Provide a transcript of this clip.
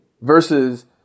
versus